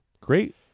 Great